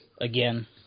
again